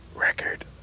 Record